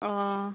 অঁ